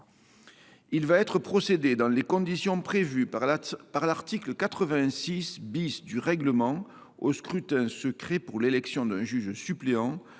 Il va être procédé, dans les conditions prévues par l’article 86 du règlement, au scrutin secret pour l’élection d’un juge suppléant